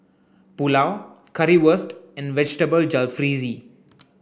Pulao Currywurst and Vegetable Jalfrezi